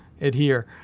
adhere